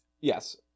Yes